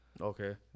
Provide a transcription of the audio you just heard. Okay